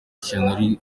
ishyano